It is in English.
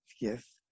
Yes